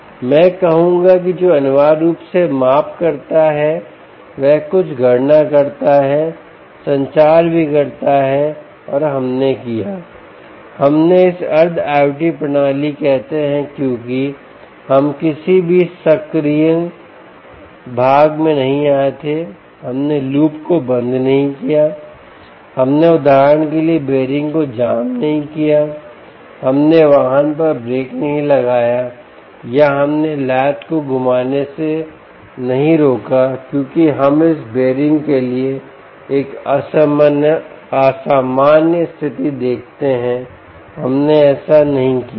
मैं कहूंगा कि जो अनिवार्य रूप से माप करता है वह कुछ गणना करता है संचार भी करता है और हमने किया हम इसे अर्ध IOT प्रणाली कहते हैं क्योंकि हम किसी भी सक्रियण भाग में नहीं आए थे हमने लूप को बंद नहीं किया हमने उदाहरण के लिए बेयरिंग को जाम नहीं किया हमने वाहन पर ब्रेक नहीं लगाया या हमने lath को घुमाने से नहीं रोका क्योंकि हम इस बीयरिंग के लिए एक असामान्य स्थिति देखते हैं हमने ऐसा नहीं किया है